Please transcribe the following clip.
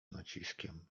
naciskiem